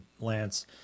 Lance